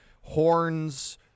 horns